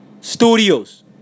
Studios